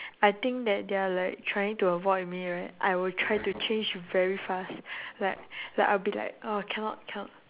I think that they are like trying to avoid me right I will try to change very fast like like I'll be like ah cannot cannot